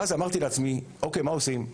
ואז, אמרתי לעצמי: אוקיי, מה עושים?